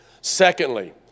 Secondly